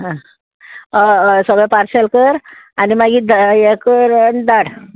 आं हय सगळें पार्सेल कर आनी मागीर हें कर आनी धाड